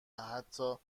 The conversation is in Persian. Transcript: حتا